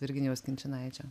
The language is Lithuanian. virginijaus kinčinaičio